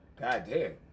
goddamn